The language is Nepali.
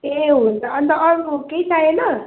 ए हुन्छ अन्त अरू केही चाहिएन